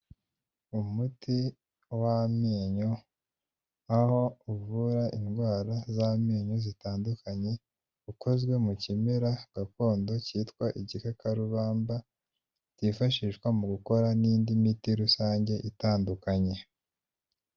Umuti w'amenyo, aho uvura indwara z'amenyo zitandukanye, ukozwe mu kimera gakondo cyitwa igikakarubamba, kifashishwa mu gukora n'indi miti rusange itandukanye.